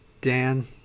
Dan